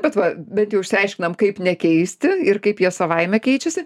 bet va bent jau išsiaiškinom kaip nekeisti ir kaip jie savaime keičiasi